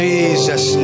Jesus